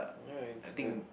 ya it's good